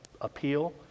appeal